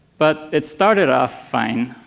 but it started off fine,